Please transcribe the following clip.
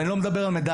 אני לא מדבר על מדליות,